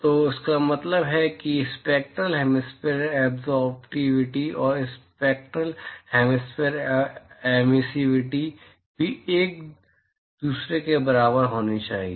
तो इसका मतलब है कि स्पैक्टरल हेमिस्फेरिकल एब्ज़ोर्बटिविटी और स्पैक्टरल हेमिस्फेरिकल एमिसिविटी भी एक दूसरे के बराबर होना चाहिए